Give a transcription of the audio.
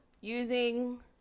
using